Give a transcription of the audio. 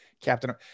Captain